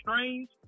strange